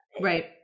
Right